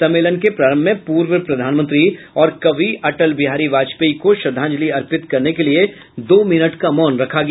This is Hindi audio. सम्मेलन के प्रारंभ में पूर्व प्रधानमंत्री और कवि अटल बिहारी वाजपेयी को श्रद्धांजलि अर्पित करने के लिए दो मिनट का मौन रखा गया